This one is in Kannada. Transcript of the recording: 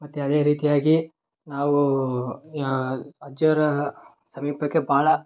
ಮತ್ತೆ ಅದೇ ರೀತಿಯಾಗಿ ನಾವು ಅಜ್ಜರ ಸಮೀಪಕ್ಕೆ ಭಾಳ